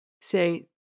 say